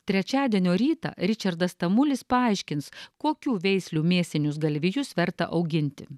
trečiadienio rytą ričardas tamulis paaiškins kokių veislių mėsinius galvijus verta auginti